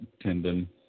tendon